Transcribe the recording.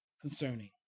concerning